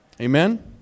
Amen